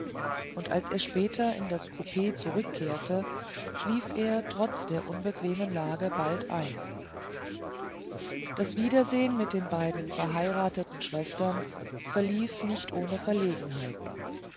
und als er später in das coup zurückkehrte schlief er trotz der unbequemen lage bald ein das wiedersehen mit den beiden verheirateten schwestern verlief nicht ohne verlegenheiten